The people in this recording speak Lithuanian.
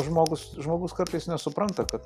žmogus žmogus kartais nesupranta kad